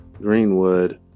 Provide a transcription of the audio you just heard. Greenwood